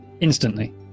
Instantly